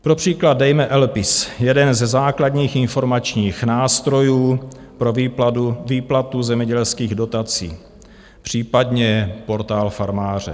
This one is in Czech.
Pro příklad dejme LPIS, jeden ze základních informačních nástrojů pro výplatu zemědělských dotací, případně Portál farmáře.